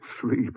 Sleep